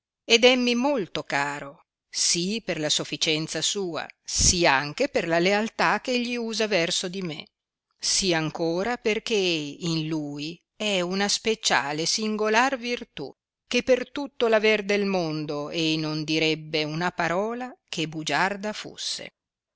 ed emrni molto caro sì per la sofficienza sua sì anche per la lealtà ch'egli usa verso di me sì ancora perchè in lui è una special e singoiar virtù che per tutto aver del mondo ei non direbbe una parola che bugiarda fusse